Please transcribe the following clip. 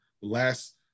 last